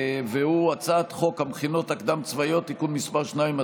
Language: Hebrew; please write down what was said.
והוא הצעת חוק המכינות הקדם-צבאיות (תיקון מס' 2),